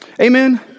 Amen